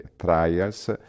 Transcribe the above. trials